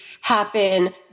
happen